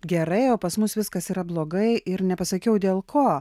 gerai o pas mus viskas yra blogai ir nepasakiau dėl ko